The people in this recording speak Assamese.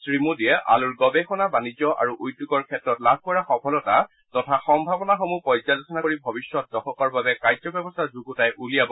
শ্ৰীমোডীয়ে আলুৰ গৱেষণা বাণিজ্য আৰু উদ্যোগৰ ক্ষেত্ৰত লাভ কৰা সফলতা তথা সম্ভাৱনাসমূহ পৰ্যালোচনা কৰি ভৱিষ্যত দশকৰ বাবে কাৰ্যব্যৱস্থা যুণ্ডতাই উলিয়াব